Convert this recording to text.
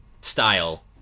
style